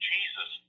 Jesus